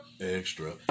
Extra